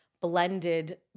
blended